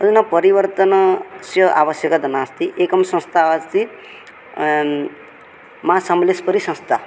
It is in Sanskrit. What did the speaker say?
अन्नपरिवर्तनस्य आवश्यकता नास्ति एकं संस्था अस्ति मासमलेस्वरिसंस्था